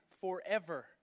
forever